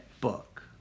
book